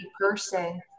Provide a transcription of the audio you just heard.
person